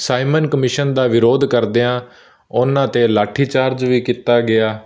Simon Commission ਦਾ ਵਿਰੋਧ ਕਰਦਿਆਂ ਉਹਨਾਂ 'ਤੇ ਲਾਠੀਚਾਰਜ ਵੀ ਕੀਤਾ ਗਿਆ